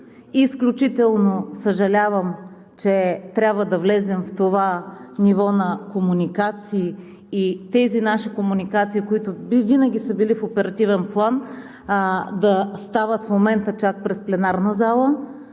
Изключително съжалявам, че трябва да влезем в това ниво на комуникации и тези наши комуникации, които винаги са били в оперативен план, да стават в момента чак през пленарна зала.